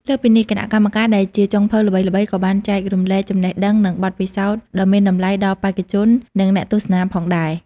លើសពីនេះ គណៈកម្មការដែលជាចុងភៅល្បីៗក៏បានចែករំលែកចំណេះដឹង និងបទពិសោធន៍ដ៏មានតម្លៃដល់បេក្ខជន និងអ្នកទស្សនាផងដែរ។